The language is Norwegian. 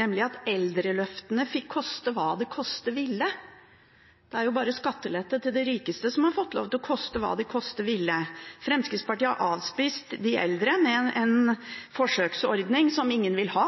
nemlig at eldreløftene fikk koste hva det koste ville. Det er bare skattelette til de rikeste som har fått lov til å koste hva det koste ville. Fremskrittspartiet har avspist de eldre med en forsøksordning som ingen vil ha,